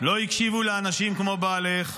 לא הקשיבו לאנשים כמו בעלך,